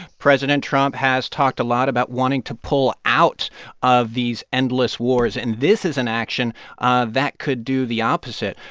president trump has talked a lot about wanting to pull out of these endless wars, and this is an action ah that could do the opposite.